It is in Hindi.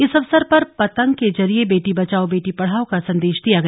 इस अवसर पर पतंग के जरिए बेटी बचाओ बेटी पढ़ाओ का संदेश दिया गया